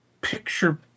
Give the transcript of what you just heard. Picture